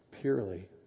purely